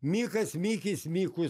mikas mikis mikus